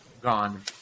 gone